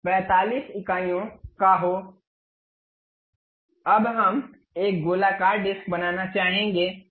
संदर्भ स्लाइड देखें 2246 अब हम एक गोलाकार डिस्क बनाना चाहेंगे